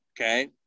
Okay